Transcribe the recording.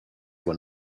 when